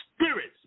spirits